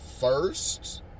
first